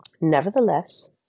Nevertheless